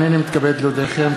הנני מתכבד להודיעכם,